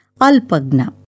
Alpagna